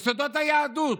יסודות היהדות,